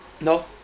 No